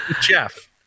Jeff